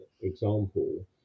example